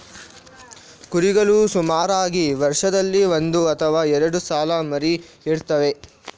ಕುರಿಗಳು ಸುಮಾರಾಗಿ ವರ್ಷದಲ್ಲಿ ಒಂದು ಅಥವಾ ಎರಡು ಸಲ ಮರಿ ಇಡ್ತವೆ